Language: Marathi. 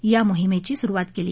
या मोहिमेची सुरुवात केली